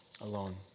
alone